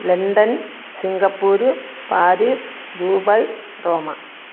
London Singapore Paris Dubai Rome